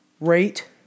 rate